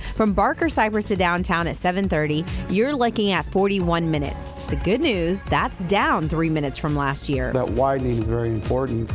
from barker cypress to downtown at seven thirty, you're looking at forty one minutes. the good news, that's down three minutes from last year. that widening is very important.